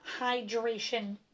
hydration